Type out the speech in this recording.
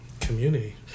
Community